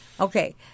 Okay